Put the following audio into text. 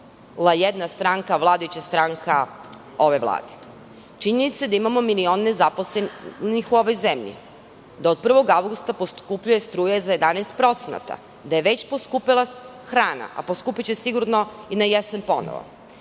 jedna stranka, vladajuća stranka, ove vlade. Činjenica je da imamo milion nezaposlenih u ovoj zemlji, da od 1. avgusta poskupljuje struja za 11%, da je već poskupela hrana, a poskupeće sigurno i na jesen ponovo.